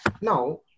Now